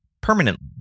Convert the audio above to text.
permanently